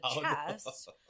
chest